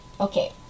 Okay